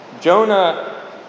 Jonah